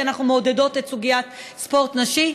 כי אנחנו מעודדות את סוגיית הספורט הנשי.